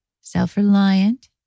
self-reliant